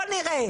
בוא נראה.